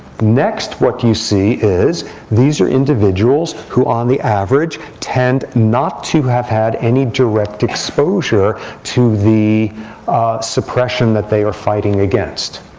next what you see is these are individuals who, on the average, tend not to have had any direct exposure to the suppression that they are fighting against.